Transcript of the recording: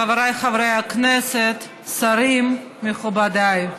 חבריי חברי הכנסת, שרים, מכובדיי,